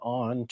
on